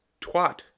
twat